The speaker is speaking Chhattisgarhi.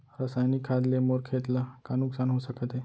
रसायनिक खाद ले मोर खेत ला का नुकसान हो सकत हे?